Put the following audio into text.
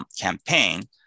campaign